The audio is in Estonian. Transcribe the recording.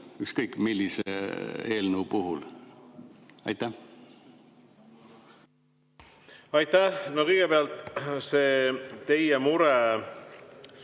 ükskõik millise eelnõu puhul. Aitäh! Aitäh! Kõigepealt see mure,